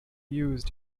use